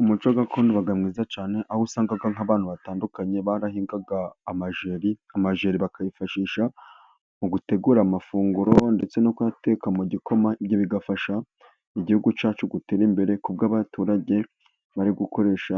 umuco gakondoga mwiza cyane aho usangaga nk'abantu batandukanye barahingaga amajeri amajeri bakafashisha mu gutegura amafunguro ndetse no kuyateka muma ibyo bigafasha igihugu cyacu gutera imbere kuko'abaturage bari gukoresha